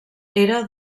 era